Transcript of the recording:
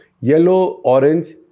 yellow-orange